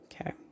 Okay